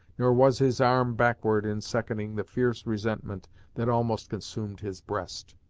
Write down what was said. nor was his arm backward in seconding the fierce resentment that almost consumed his breast.